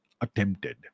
attempted